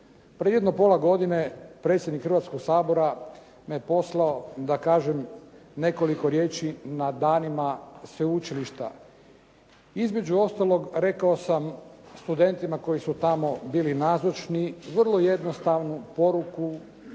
Prije jedno pola godine predsjednik Hrvatskoga sabora me poslao da kažem nekoliko riječi na danima sveučilišta. Između ostalog, rekao sam studentima koji su tamo bili nazočni vrlo jednostavnu poruku